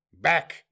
Back